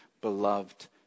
beloved